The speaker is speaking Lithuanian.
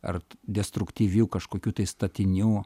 arti destruktyvių kažkokių tai statinių